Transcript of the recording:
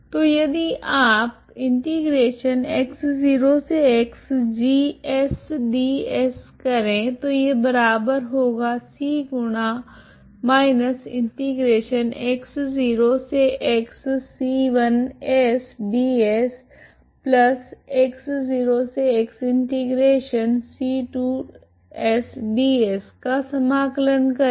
तो यदि आप का समाकलन करे